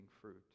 fruit